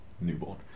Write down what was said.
newborn